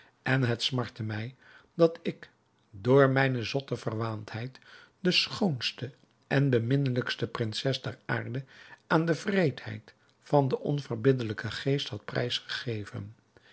en het smartte mij dat ik door mijne zotte verwaandheid de schoonste en beminnelijkste prinses der aarde aan de wreedheid van den onverbiddelijken geest had